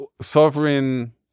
sovereign